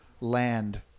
land